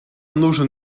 нужен